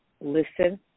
listen